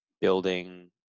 building